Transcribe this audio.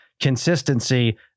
consistency